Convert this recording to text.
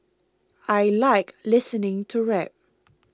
I like listening to rap